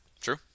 True